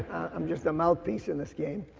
i'm just a mouthpiece in this game.